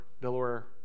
Delaware